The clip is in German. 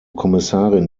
kommissarin